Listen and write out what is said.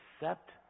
accept